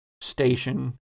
station